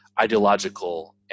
ideological